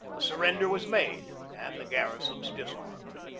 the surrender was made and the garrisons disarmed.